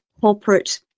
corporate